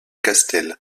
castel